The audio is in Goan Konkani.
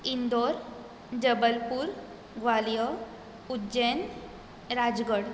इंदोर जबलपूर ग्वालीअर उजैन राजगड